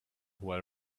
while